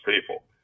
people